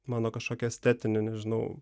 mano kažkokį estetinį nežinau